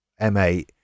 M8